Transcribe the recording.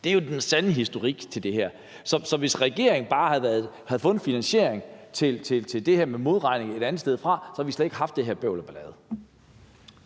Det er jo den sande historik i det her. Så hvis regeringen bare havde fået en finansiering til det her med modregning et andet sted fra, havde vi slet ikke haft den her bøvl og ballade.